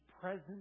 presence